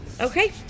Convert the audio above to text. Okay